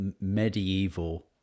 medieval